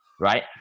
right